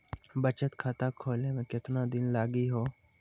बचत खाता खोले मे केतना दिन लागि हो?